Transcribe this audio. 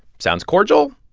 sounds cordial,